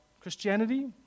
Christianity